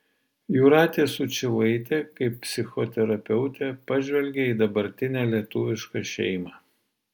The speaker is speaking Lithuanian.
jūratės sučylaitė kaip psichoterapeutė pažvelgė į dabartinę lietuvišką šeimą